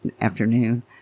afternoon